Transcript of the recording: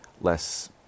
less